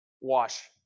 wash